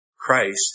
Christ